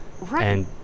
Right